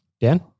Dan